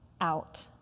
out